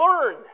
learn